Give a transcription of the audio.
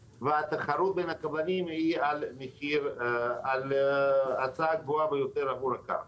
התחרות בין הקבלנים היא על ההצעה הגבוהה ביותר עבור הקרקע.